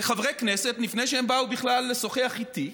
וחברי כנסת, לפני שהם באו בכלל לשוחח איתי,